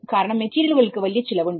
കാരണം മെറ്റീരിയലുകൾക്ക് വലിയ ചിലവുണ്ട്